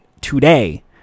today